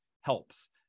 helps